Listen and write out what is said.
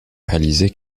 réalisé